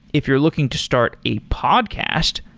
if you're looking to start a podcast,